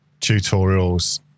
tutorials